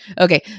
Okay